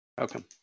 Okay